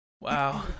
Wow